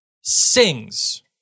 sings